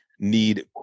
need